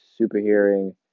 superhearing